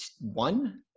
One